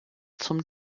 zum